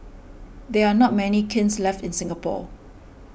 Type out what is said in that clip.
there are not many kilns left in Singapore